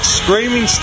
screaming